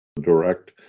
direct